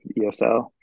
ESL